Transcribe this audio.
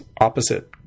opposite